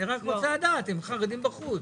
אני רק רוצה לדעת עם החרדים בחוץ.